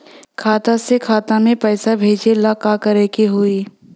खाता से खाता मे पैसा भेजे ला का करे के होई?